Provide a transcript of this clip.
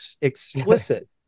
explicit